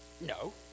no